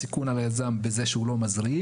הסיכון על היזם הוא בזה שהוא לא מזרים,